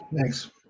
Thanks